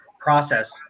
process